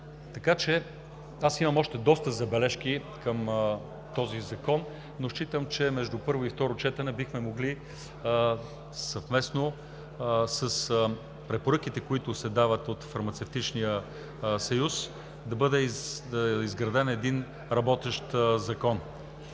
закон. Имам още доста забележки към този закон, но считам, че между първо и второ четене би могло съвместно с препоръките, които се дават от Фармацевтичния съюз, да бъде изграден един работещ закон.